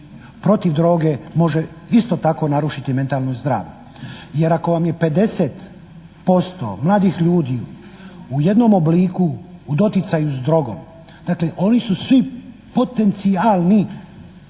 protiv droge može isto tako narušiti mentalno zdravlje, jer ako vam je 50% mladih ljudi u jednom obliku u doticaju s drogom, dakle oni su svi potencijalni